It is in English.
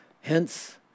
Hence